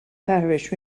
parish